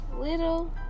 little